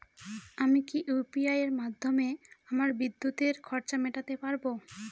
আমি কি ইউ.পি.আই মাধ্যমে আমার বিদ্যুতের খরচা মেটাতে পারব?